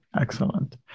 Excellent